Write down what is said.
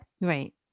right